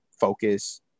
focus